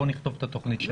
בואו נכתוב את התוכנית שלנו.